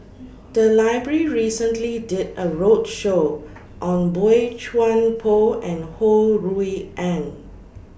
The Library recently did A roadshow on Boey Chuan Poh and Ho Rui An